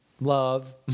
love